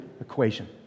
equation